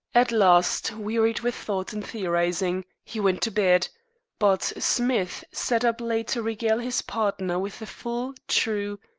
at last, wearied with thought and theorizing, he went to bed but smith sat up late to regale his partner with the full, true,